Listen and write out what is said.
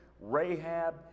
Rahab